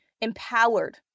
empowered